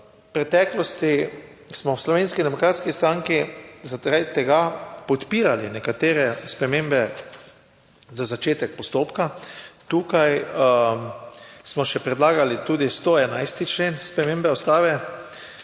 V preteklosti smo v Slovenski demokratski stranki zaradi tega podpirali nekatere spremembe za začetek postopka. Tukaj smo še predlagali tudi 111. člen spremembe Ustave.